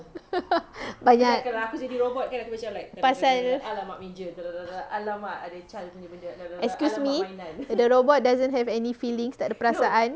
banyak pasal excuse me the robot doesn't have any feelings tak ada perasaan